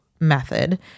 method